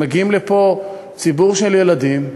מגיע לפה ציבור של ילדים,